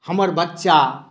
हमर बच्चा